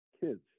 kids